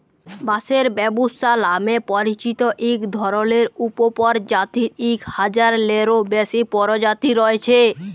বাঁশের ব্যম্বুসা লামে পরিচিত ইক ধরলের উপপরজাতির ইক হাজারলেরও বেশি পরজাতি রঁয়েছে